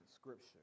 scripture